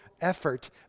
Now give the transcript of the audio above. effort